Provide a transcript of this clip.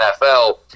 NFL